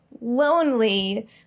lonely